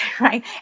right